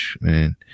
man